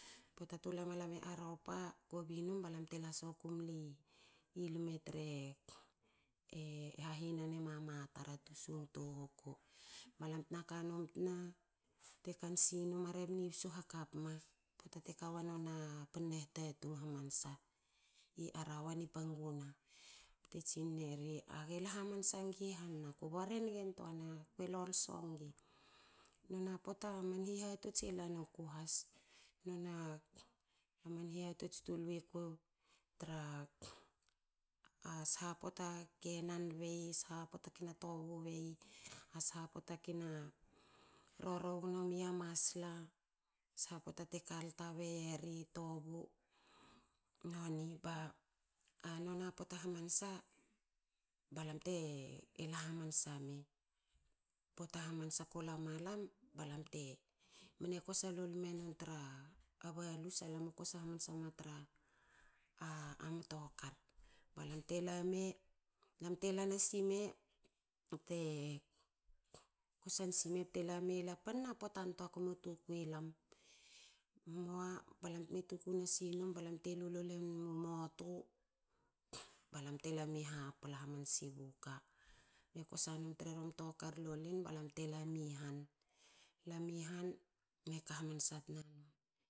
Pota tu la malam i aropa kobi num balam tela soku mli tre hahine mama tar. atu sunguku. Ba lam tna kanum tra te kan sinum a rehna ibsu hakpa ma. Pote wa panna hitatung hamanasa i arawa ni panguna. Bte tsinera age la hamansa ni han. Na ku bare nigantuana kwe lolso ngi. Noni a pota man hihatots e kanuku nhas. Nona man hihatots tu lue ru tra pota ke nan bei e sha pota ke na tobu bei e a sha pota ke na tobu bei e sha pota kena rorou gno me a masla sha pota te kalta bei eri. tobu noni. A noni a pota hamanasa balam tela hamansa me pota hamansa ko lawulam balam temne kosa lol menum tra a balus a lam u kosa hamansa ma tra a mto kar, balam te lama lamte lama si me bte